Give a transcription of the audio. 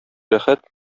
рәхәт